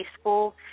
School